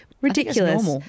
ridiculous